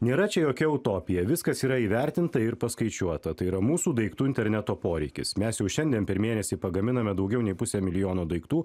nėra čia jokia utopija viskas yra įvertinta ir paskaičiuota tai yra mūsų daiktų interneto poreikis mes jau šiandien per mėnesį pagaminame daugiau nei pusę milijono daiktų